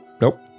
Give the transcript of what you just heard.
Nope